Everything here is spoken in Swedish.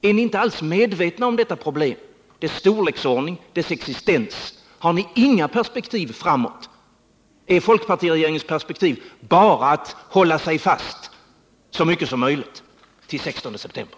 Är ni inte alls medvetna om detta problem, dess storleksordning, dess existens? Har ni inga perspektiv framåt? Är folkpartiregeringens perspektiv bara att hålla sig fast så mycket som möjligt till den 16 september?